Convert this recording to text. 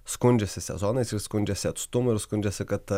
skundžiasi sezonaisir skundžiasi atstumu ir skundžiasi kad